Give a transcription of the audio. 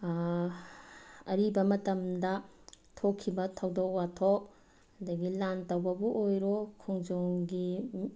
ꯑꯔꯤꯕ ꯃꯇꯝꯗ ꯊꯣꯛꯈꯤꯕ ꯊꯧꯗꯣꯛ ꯋꯥꯊꯣꯛ ꯑꯗꯒꯤ ꯂꯥꯟ ꯇꯧꯕꯕꯨ ꯑꯣꯏꯔꯣ ꯈꯣꯡꯖꯣꯝꯒꯤ